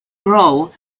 grow